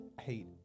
hate